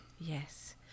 Yes